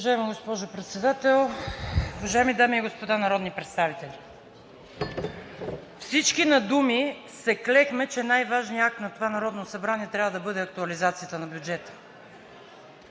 Уважаема госпожо Председател, уважаеми дами и господа народни представители! Всички на думи се клехме, че най-важният акт на това Народно събрание трябва да бъде актуализацията на бюджета.